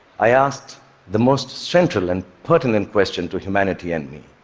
i asked the most central and pertinent question to humanity and me